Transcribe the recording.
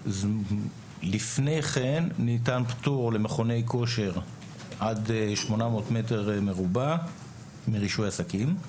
לפני כן ניתן פטור למכוני כושר עד 800 מטר מרובע של המכון מרישוי עסקים,